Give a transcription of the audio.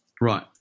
Right